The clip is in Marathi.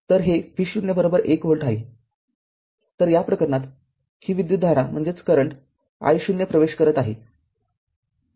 तर हे V0१ व्होल्ट आहे तरया प्रकरणात ही विद्युतधारा i0 प्रवेश करत आहे